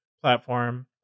platform